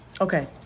Okay